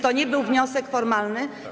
To nie był wniosek formalny.